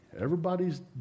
Everybody's